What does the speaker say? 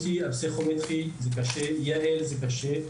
שהפסיכומטרי זה קשה, יע"ל זה קשה.